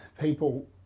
people